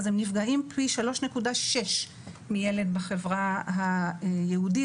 אז הם נפגעים פי 3.6 מילד בחברה היהודית,